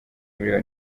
miliyoni